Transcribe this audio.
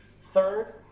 Third